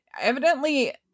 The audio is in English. evidently